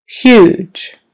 huge